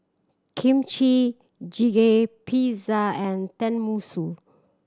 Kimchi Jjigae Pizza and Tenmusu